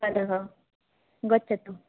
गच्छतु